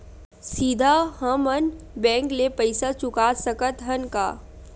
सीधा हम मन बैंक ले पईसा चुका सकत हन का?